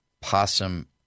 possum